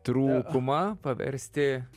trūkumą paversti